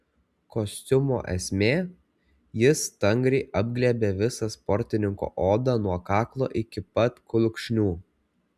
kostiumo esmė jis stangriai apglėbia visą sportininko odą nuo kaklo iki pat kulkšnių